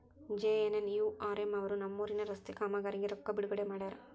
JNNURM ಅವರು ನಮ್ಮೂರಿನ ರಸ್ತೆ ಕಾಮಗಾರಿಗೆ ರೊಕ್ಕಾ ಬಿಡುಗಡೆ ಮಾಡ್ಯಾರ